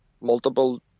multiple